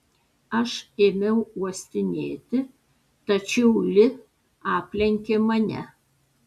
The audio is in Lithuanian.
aš ėmiau uostinėti tačiau li aplenkė mane